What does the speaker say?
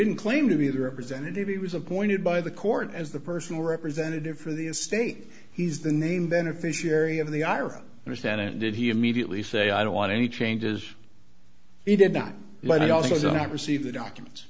didn't claim to be the representative he was appointed by the court as the personal representative for the state he's the name beneficiary of the ira understand it did he immediately say i don't want any changes he did not like i also didn't receive the documents